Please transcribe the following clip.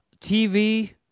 TV